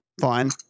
fine